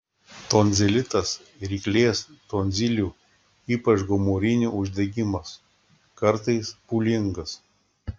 tonzilitas ryklės tonzilių ypač gomurinių uždegimas kartais pūlingas